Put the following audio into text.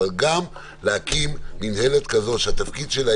אבל גם להקים מינהלת כזו שהתפקיד שלה